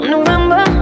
November